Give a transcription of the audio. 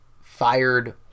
fired